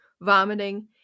vomiting